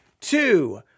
two